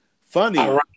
funny